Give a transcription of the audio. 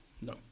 no